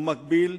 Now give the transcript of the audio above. ובמקביל,